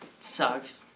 sucks